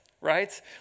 right